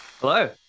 Hello